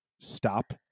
stop